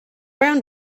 brown